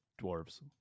Dwarves